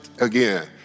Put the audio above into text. again